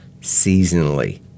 seasonally